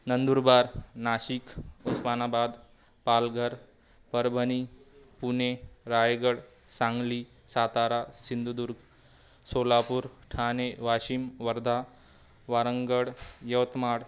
नंदुरबार नाशिक उस्मानाबाद पालघर परभणी पुणे रायगड सांगली सातारा सिंधुदुर्ग सोलापूर ठाणे वाशिम वर्धा वारंगड यवतमाळ